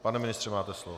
Pane ministře, máte slovo.